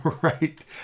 Right